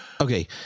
Okay